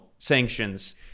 sanctions